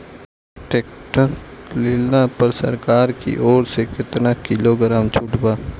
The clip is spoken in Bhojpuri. टैक्टर लिहला पर सरकार की ओर से केतना किलोग्राम छूट बा?